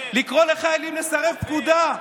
לקרוא לחיילים לסרב פקודה?